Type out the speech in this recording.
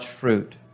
fruit